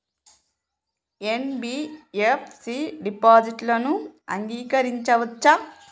NBFC డిపాజిట్లను అంగీకరించవచ్చా?